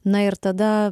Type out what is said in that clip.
na ir tada